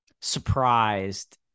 surprised